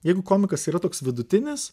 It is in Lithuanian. jeigu komikas yra toks vidutinis